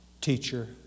teacher